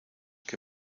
que